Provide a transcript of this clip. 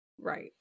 Right